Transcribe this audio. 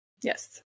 yes